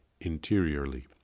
interiorly